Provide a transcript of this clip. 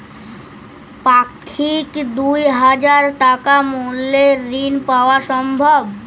পাক্ষিক দুই হাজার টাকা মূল্যের ঋণ পাওয়া সম্ভব?